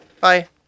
Bye